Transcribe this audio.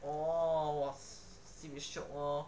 oh !wah! sibeh shiok lor